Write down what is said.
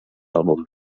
àlbum